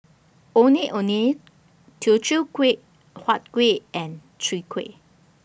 Ondeh Ondeh Teochew Kuih Huat Kuih and Chwee Kueh